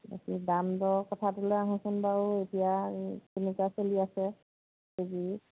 বাকী দাম দৰ কথাটোলৈ আহোচোন বাৰু এতিয়া কেনেকুৱা চলি আছে কেজি